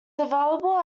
available